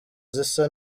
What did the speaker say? zisa